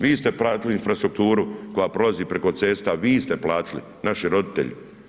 Vi ste platili infrastrukturu koja prolazi preko cesta, vi ste platili, naši roditelji.